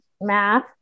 math